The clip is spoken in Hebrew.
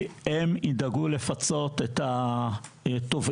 הן ידאגו לפצות את התובעים?